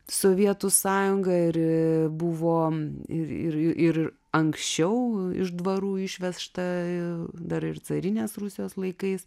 sovietų sąjungą ir buvo ir ir anksčiau iš dvarų išvežta dar ir carinės rusijos laikais